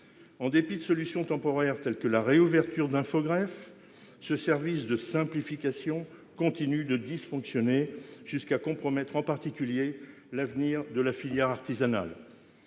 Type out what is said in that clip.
En dépit de solutions temporaires telles que la réouverture d'Infogreffe, ce service de simplification continue de dysfonctionner jusqu'à compromettre en particulier l'avenir de la filière artisanale.